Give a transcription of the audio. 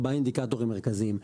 ארבעה אינדיקטורים מרכזיים.